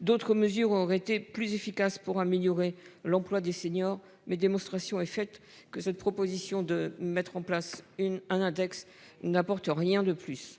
D'autres mesures aurait été plus efficace pour améliorer l'emploi des seniors mais démonstration est faite que cette proposition de mettre en place une un index n'apporte rien de plus.